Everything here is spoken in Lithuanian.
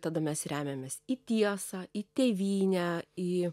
tada mes remiamės į tiesą į tėvynę į